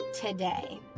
today